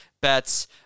bets